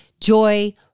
joy